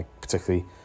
particularly